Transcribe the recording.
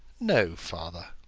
no, father.